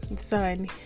son